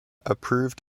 approved